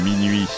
minuit